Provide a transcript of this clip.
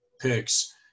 picks